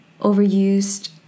overused